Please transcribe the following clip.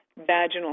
vaginal